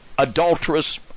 adulterous